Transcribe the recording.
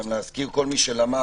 גם להזכיר לכל מי שלמד,